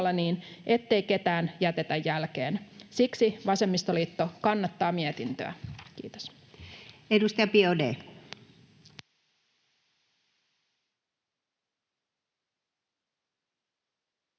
niin, ettei ketään jätetä. Siksi vasemmistoliitto kannattaa mietintöä. Ärade talman,